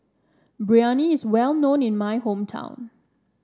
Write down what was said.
Biryani is well known in my hometown